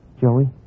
Joey